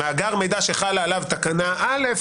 מאגר מידע שחלה עליו תקנה (א'),